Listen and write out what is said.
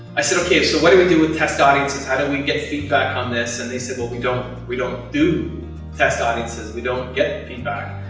i said, okay, so what do we do with test audiences? how do we get feedback on this, and they said, well, we don't we don't do test audiences. we don't get feedback.